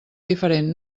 diferent